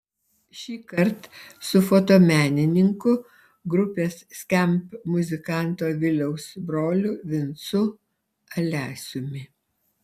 šįkart su fotomenininku grupės skamp muzikanto viliaus broliu vincu alesiumi